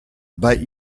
but